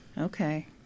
Okay